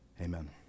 Amen